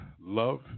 love